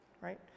Right